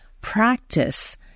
practice